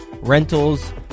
rentals